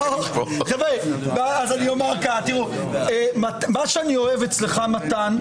מה שאני אוהב אצלך, מתן,